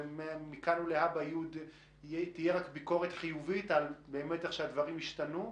שמכאן ולהבא תהיה רק ביקורת חיובית על איך שהדברים השתנו,